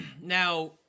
now